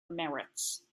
merits